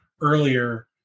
earlier